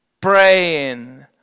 praying